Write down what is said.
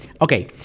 Okay